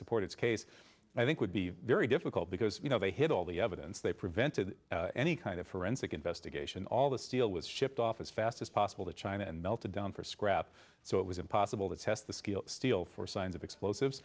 support its case i think would be very difficult because you know they hid all the evidence they prevented any kind of forensic investigation all the steel was shipped off as fast as possible to china and melted down for scrap so it was impossible to test the scale steel for signs of explosives